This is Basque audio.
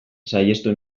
saihestu